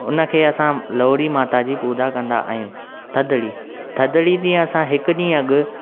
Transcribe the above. उन खे असां लोहड़ी माता जी पूॼा कंदा आहियूं थदणी थदणी ॾींहुं असां हिकु ॾींहुं अॻु